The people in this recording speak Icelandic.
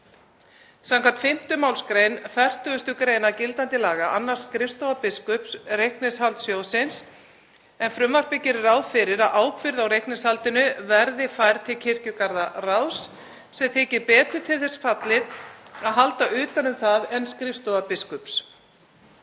Samkvæmt 5. mgr. 40. gr. gildandi laga annast skrifstofa biskups reikningshald sjóðsins, en frumvarpið gerir ráð fyrir að ábyrgð á reikningshaldi verði færð til kirkjugarðaráðs sem þykir betur til þess fallið að halda utan um það en skrifstofa biskups.